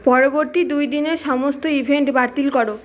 পরবর্তী দুই দিনের সমস্ত ইভেন্ট বাতিল করো